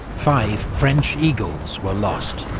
five french eagles were lost.